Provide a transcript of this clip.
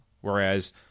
Whereas